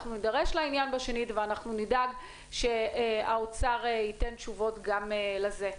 אנחנו נידרש לעניין בשנית ונדאג שהאוצר ייתן תשובות גם לזה.